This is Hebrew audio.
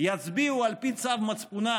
יצביעו על פי צו מצפונם,